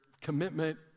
commitment